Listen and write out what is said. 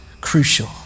crucial